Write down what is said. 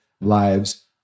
lives